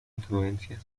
influencia